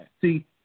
See